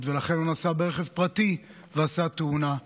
ולכן הוא נסע ברכב פרטי ועשה תאונה,